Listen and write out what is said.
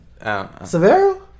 Severo